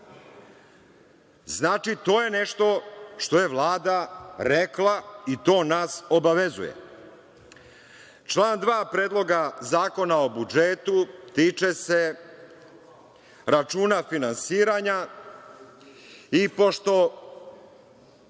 Znači, to je nešto što je Vlada rekla i to nas obavezuje. Član 2. Predloga zakona o budžetu tiče se računa finansiranja i pošto